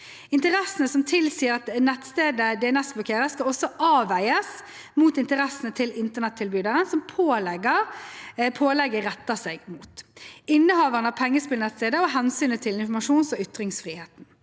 Interessene som tilsier at nettstedet DNS-blokkeres, skal også avveies mot interessene til internettilbydere som pålegget retter seg mot, innehaveren av pengespillnettstedet og hensynet til informasjons- og ytringsfriheten.